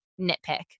nitpick